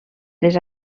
les